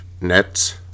nets